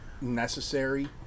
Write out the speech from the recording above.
necessary